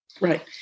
Right